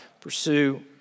Pursue